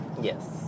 Yes